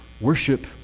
worship